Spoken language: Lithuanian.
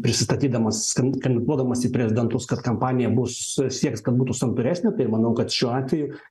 prisistatydamas kandidatuodamas į prezidentus kad kampanija bus sieks kad būtų santūresnė tai ir manau kad šiuo atveju